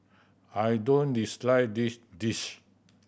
I don't dislike this dish